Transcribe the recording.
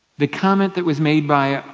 the comment that was made by